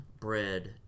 bread